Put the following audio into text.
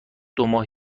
دوماه